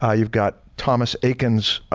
ah you've got thomas eakins,